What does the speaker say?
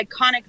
iconic